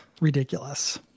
ridiculous